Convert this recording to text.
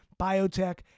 biotech